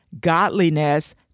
godliness